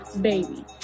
baby